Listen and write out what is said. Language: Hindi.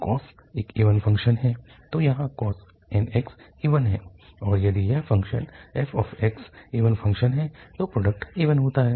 cos एक इवन फ़ंक्शन है तो यहाँ cos nx इवन है और यदि यह फ़ंक्शन f इवन फ़ंक्शन है तो प्रोडक्ट इवन होता है